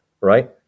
right